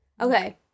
Okay